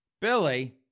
Billy